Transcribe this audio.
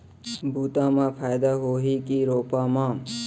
बुता म फायदा होही की रोपा म?